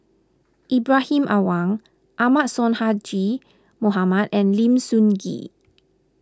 Ibrahim Awang Ahmad Sonhadji Mohamad and Lim Sun Gee